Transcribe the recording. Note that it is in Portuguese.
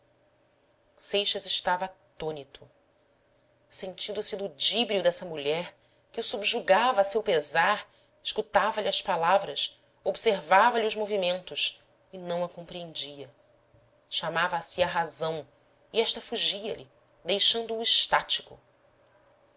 seixas estava atônito sentindo-se ludíbrio dessa mulher que o subjugava a seu pesar escutava lhe as palavras observava lhe os movimentos e não a compreendia chamava a si a razão e esta fugialhe deixando-o extático